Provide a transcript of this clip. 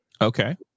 Okay